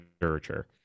literature